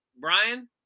brian